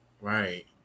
Right